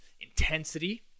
intensity